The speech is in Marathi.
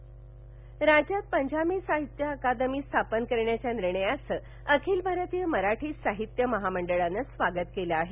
मराठी राज्यात पंजाबी साहित्य अकादमी स्थापन करण्याच्या निर्णयाचं अखिल भारतीय मराठी साहित्य महामंडळानं स्वागत केलं आहे